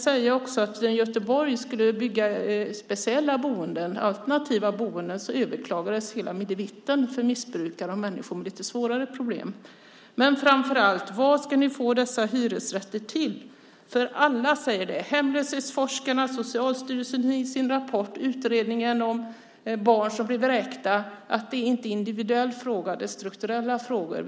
När Göteborg skulle bygga speciella, alternativa boenden för missbrukare och människor med lite svårare problem överklagades hela midevitten. Framför allt: Var ska ni få dessa hyresrätter ifrån? Alla - hemlöshetsforskarna, Socialstyrelsen i sin rapport och utredningen om barn som blir vräkta - säger att det här inte är en individuell fråga. Detta är strukturella frågor.